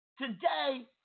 today